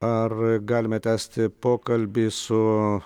ar galime tęsti pokalbį su